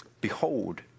Behold